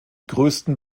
größten